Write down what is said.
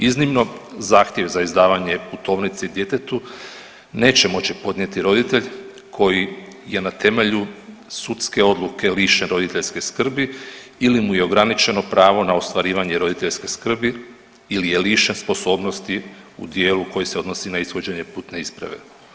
Iznimno, zahtjev za izdavanje putovnice djetetu neće moći podnijeti roditelj koji je na temelju sudske odluke lišen roditeljske skrbi ili mu je ograničeno pravo na ostvarivanje roditeljske skrbi ili je lišen sposobnosti u dijelu koji se odnosi na ishođenje putne isprave.